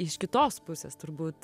iš kitos pusės turbūt